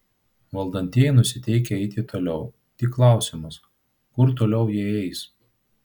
valdantieji nusiteikę eiti toliau tik klausimas kur toliau jie eis